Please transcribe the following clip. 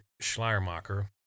Schleiermacher